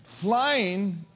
Flying